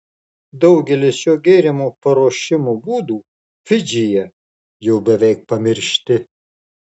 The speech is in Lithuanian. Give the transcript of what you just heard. daugelis šio gėrimo paruošimo būdų fidžyje jau beveik pamiršti